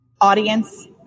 audience